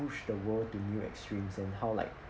push the world to new extremes and how like